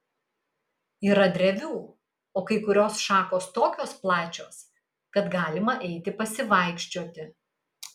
yra drevių o kai kurios šakos tokios plačios kad galima eiti pasivaikščioti